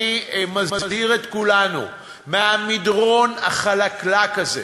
אני מזהיר את כולנו מהמדרון החלקלק הזה.